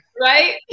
Right